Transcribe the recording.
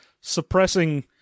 suppressing